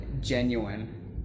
genuine